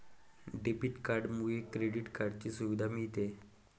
debit कार्डमुळे credit कार्डची सुविधा मिळते